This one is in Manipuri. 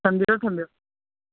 ꯊꯝꯕꯤꯔꯣ ꯊꯝꯕꯤꯔꯣ